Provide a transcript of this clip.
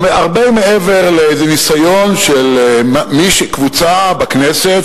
הרבה מעבר לאיזה ניסיון של קבוצה בכנסת,